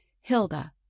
Hilda